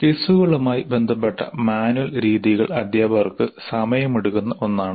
ക്വിസുകളുമായി ബന്ധപ്പെട്ട മാനുവൽ രീതികൾ അധ്യാപകർക്ക് സമയമെടുക്കുന്ന ഒന്നാണ്